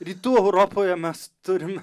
rytų europoje mes turim